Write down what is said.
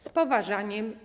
Z poważaniem.